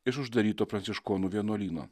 iš uždaryto pranciškonų vienuolyno